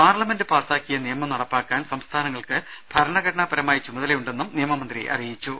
parliament പാസ്സാക്കിയ നിയമം നടപ്പാക്കാൻ സംസ്ഥാനങ്ങൾക്ക് ഭരണഘടനാപരമായി ചുമതലയുണ്ടെന്നും നിയമ മന്ത്രി അറിയിച്ചു